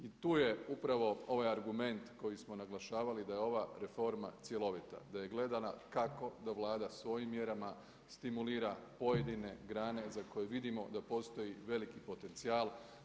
I tu je upravo ovaj argument koji smo naglašavali da je ova reforma cjelovita, da je gledana kako da Vlada svojim mjerama stimulira pojedine grane za koje vidimo da postoji veliki potencijal.